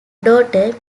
daughter